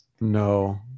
No